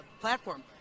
platform